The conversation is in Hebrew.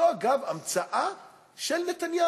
זו, אגב, המצאה של נתניהו.